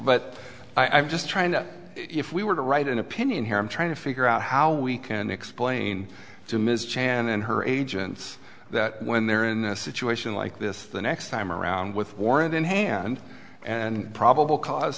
but i'm just trying to if we were to write an opinion here i'm trying to figure out how we can explain to ms chan and her agents that when they're in a situation like this the next time around with warrant in hand and probable cause